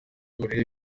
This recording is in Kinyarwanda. uburere